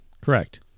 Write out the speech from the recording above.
Correct